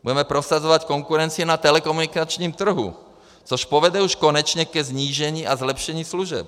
Budeme prosazovat konkurenci na telekomunikačním trhu, což povede už konečně ke snížení a zlepšení služeb.